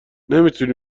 نمیتونی